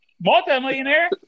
Multi-millionaire